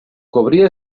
cobria